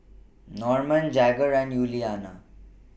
Norman Jagger and Yuliana